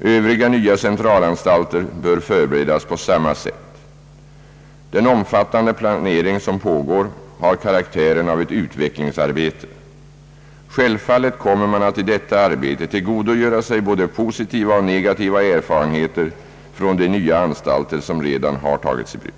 Övriga nya centralanstalter bör förberedas på samma sätt. Den omfattande planering som pågår har karaktären av ett utvecklingsarbete. Självfallet kommer man att i detta arbete tillgodogöra sig både positiva och negativa erfarenheter från de nya anstalter som redan tagits i bruk.